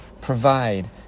provide